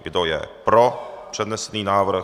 Kdo je pro přednesený návrh?